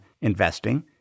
investing